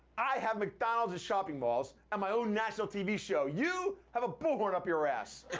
i have mcdonalds and shopping malls and my own national tv show. you have a bull horn up your ass.